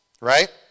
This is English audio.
right